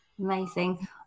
amazing